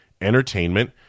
entertainment